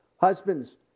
Husbands